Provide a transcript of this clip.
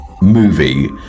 movie